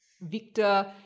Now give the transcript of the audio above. Victor